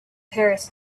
paris